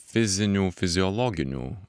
fizinių fiziologinių